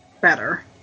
better